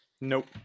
Nope